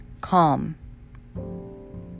calm